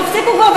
תפסיקו כבר,